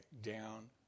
down